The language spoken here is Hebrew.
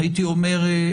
הייתי אומר,